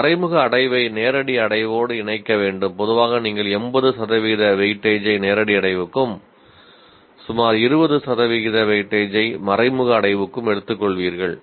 இந்த மறைமுக அடைவை நேரடி அடைவோடு இணைக்க வேண்டும் பொதுவாக நீங்கள் 80 சதவிகித வெயிட்டேஜை நேரடி அடைவுக்கும் சுமார் 20 சதவிகித வெயிட்டேஜையும் மறைமுக அடைவுக்கும் எடுத்துக்கொள்வீர்கள்